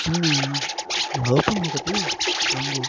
చిన్న లోపం ఒకటి ఉంది